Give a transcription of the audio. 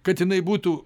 kad jinai būtų